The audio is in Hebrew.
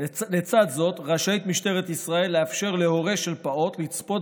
לצד זאת רשאית משטרת ישראל לאפשר להורה של פעוט לצפות